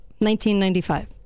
1995